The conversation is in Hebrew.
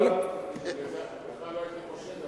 בך לא הייתי חושד,